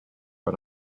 but